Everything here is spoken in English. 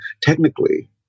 technically